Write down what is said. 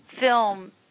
film